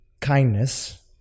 kindness